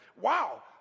wow